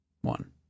one